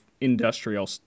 industrial